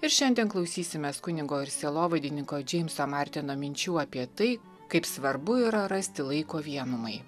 ir šiandien klausysimės kunigo ir sielovadininko džeimso martino minčių apie tai kaip svarbu yra rasti laiko vienumai